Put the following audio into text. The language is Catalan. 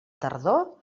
tardor